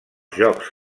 jocs